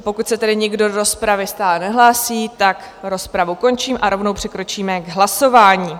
Pokud se tedy nikdo do rozpravy stále nehlásí, rozpravu končím a rovnou přikročíme k hlasování.